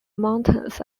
mountains